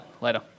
later